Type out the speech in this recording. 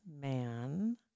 man